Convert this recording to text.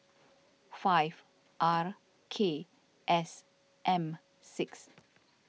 five R K S M six